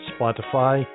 Spotify